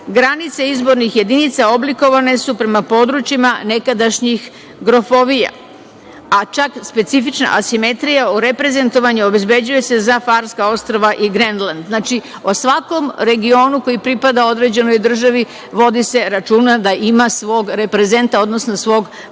Granice izbornih jedinica oblikovane su prema područjima nekadašnjih grofovija, a čak specifična asimetrija u reprezentovanju obezbeđuje se za Farska ostrva i Grenland. Znači o svakom regionu koji pripada određenoj državi vodi se računa da ima svog reprezenta, odnosno svog